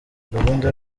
gahunda